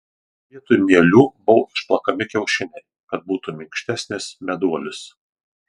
vietoj mielių buvo išplakami kiaušiniai kad būtų minkštesnis meduolis